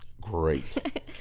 Great